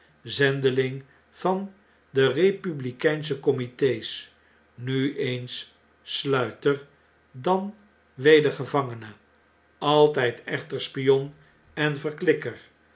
zendeling van de republikeinsche comite's nueenssluiter dan weder gevangene altijd echter spion en verklikker